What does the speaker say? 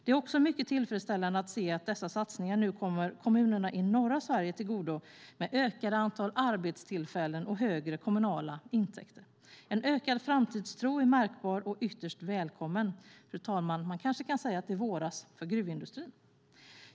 Det är dessutom mycket tillfredsställande att se att satsningarna kommer kommunerna i norra Sverige till godo, med ökat antal arbetstillfällen och högre kommunala intäkter. En ökad framtidstro är märkbar och ytterst välkommen. Man kanske kan säga att det våras för gruvindustrin, fru talman.